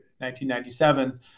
1997